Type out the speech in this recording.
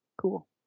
Cool